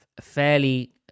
fairly